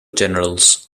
generals